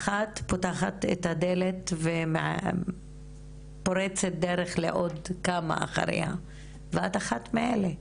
פותחת את הדלת ופורצת דרך לעוד כמה אחריה ואת אחת מאלה,